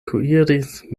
kuiris